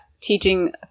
teaching